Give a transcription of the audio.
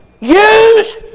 Use